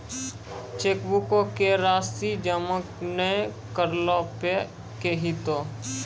चेकबुको के राशि जमा नै करला पे कि होतै?